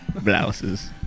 Blouses